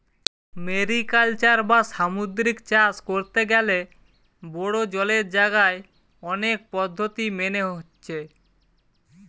mariculture বা সামুদ্রিক চাষ কোরতে গ্যালে বড়ো জলের জাগায় অনেক পদ্ধোতি মেনে হচ্ছে